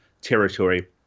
territory